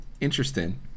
interesting